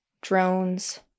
drones